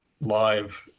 live